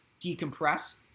decompress